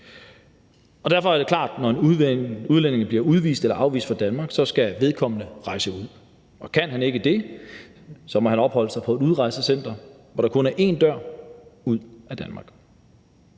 Derfor er det klart, at når en udlænding bliver udvist eller afvist fra Danmark, skal vedkommende rejse ud, og kan han ikke det, må han opholde sig på et udrejsecenter, hvor der kun er én dør: ud af Danmark.